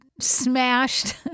smashed